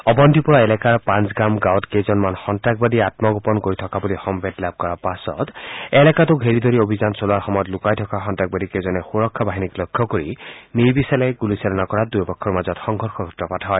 অৱস্তিপৰা এলেকাৰ পাঞ্জগাম গাঁৱত কেইজনমান সন্নাসবাদীয়ে আত্মগোপন কৰি থকা বুলি সম্ভেদ লাভ কৰাৰ পাছত এলেকাটো ঘেৰি ধৰি অভিযান চলোৱাৰ সময়ত লুকাই থকা সন্নাসবাদীকেইজনে সূৰক্ষা বাহিনীক লক্ষ্য কৰি নিৰ্বিচাৰে গুলীচালনা কৰাত দুয়োপক্ষৰ মাজত সংঘৰ্যৰ সূত্ৰপাত হয়